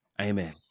Amen